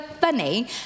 funny